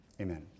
Amen